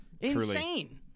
Insane